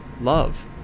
love